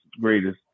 greatest